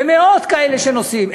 יש מאות כאלה שנוסעים.